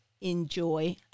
enjoy